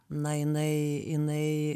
na jinai jinai